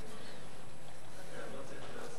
לא צריך להיות שר?